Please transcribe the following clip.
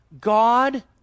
God